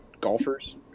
golfers